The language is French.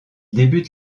débute